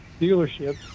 dealerships